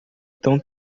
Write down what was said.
tão